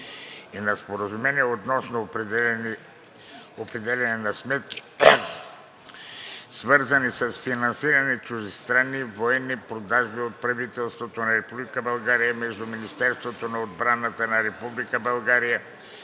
и на Споразумение относно определени сметки, свързани с финансиране на чуждестранни военни продажби от правителството на Република България, между Министерството на отбраната на Република България,